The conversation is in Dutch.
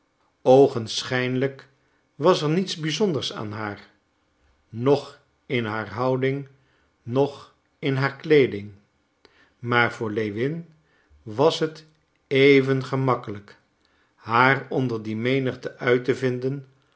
oogenschijnlijk was er niets bizonders aan haar noch in haar houding noch in haar kleeding maar voor lewin was het even gemakkelijk haar onder die menigte uit te vinden